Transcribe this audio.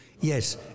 Yes